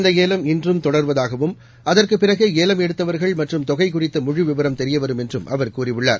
இந்தஏலம் இன்றும் தொடருவதாகவும் அதற்குபிறகேஏலம் எடுத்தவா்கள் மற்றும் தொகைகுறித்த முழு விவரம் தெரியவரும் என்றும் அவர் கூறியுள்ளார்